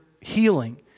healing